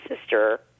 sister